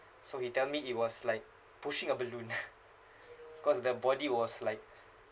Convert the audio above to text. so he tell me it was like pushing a balloon ah cause the body was like